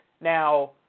Now